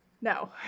No